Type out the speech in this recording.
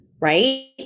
right